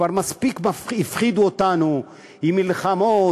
כבר מספיק הפחידו אותנו עם מלחמות,